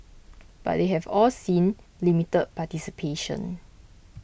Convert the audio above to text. but they have all seen limited participation